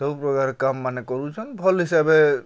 ସବୁ ପ୍ରକାର୍ କାମ୍ ମାନେ କରୁଛନ୍ ଭଲ୍ ହିସାବେ